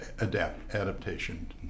adaptation